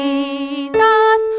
Jesus